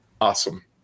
Awesome